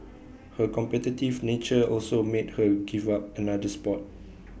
her competitive nature also made her give up another Sport